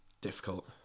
difficult